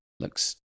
Looks